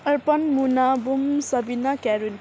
Arpan Muna Bunu Sabina क्यारिन